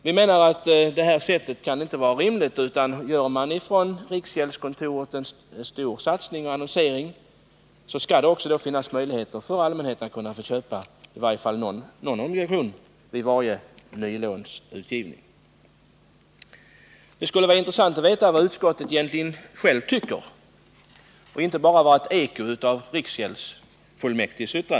Vi menar att det inte kan vara rimligt att gå till väga på det sätt som nu sker, utan gör riksgäldskontoret en stor satsning på annonsering skall det också finnas möjligheter för allmänheten att köpa i varje fall någon obligation vid varje nyutgivning. Det skulle vara intressant att höra vad utskottet egentligen självt tycker och inte bara ett eko av vad fullmäktige i riksgäldskontoret yttrat.